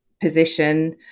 position